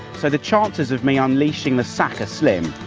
so the chances of me unleashing the sack are slim.